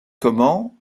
comment